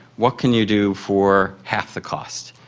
what can you do for half the cost?